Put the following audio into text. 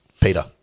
Peter